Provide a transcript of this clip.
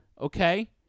Okay